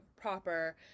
proper